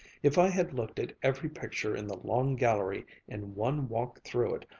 if i had looked at every picture in the long gallery in one walk through it,